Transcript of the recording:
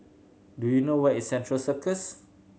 do you know where is Central Circus